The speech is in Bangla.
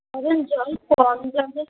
কারণ জল কম যাবে